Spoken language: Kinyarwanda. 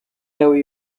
nawe